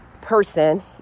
person